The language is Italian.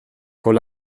con